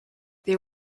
they